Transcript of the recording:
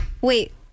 wait